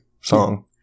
song